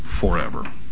forever